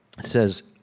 says